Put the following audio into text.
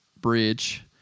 bridge